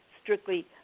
strictly